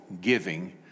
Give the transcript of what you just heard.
giving